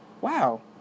Wow